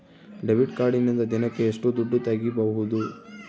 Debit ಕಾರ್ಡಿನಿಂದ ದಿನಕ್ಕ ಎಷ್ಟು ದುಡ್ಡು ತಗಿಬಹುದು?